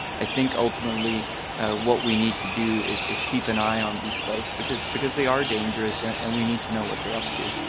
i think ultimately what we need to do is is keep an eye on these folks because because they are dangerous and and we need to know what they're up to